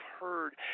heard